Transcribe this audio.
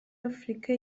afurika